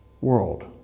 world